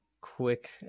quick